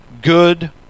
good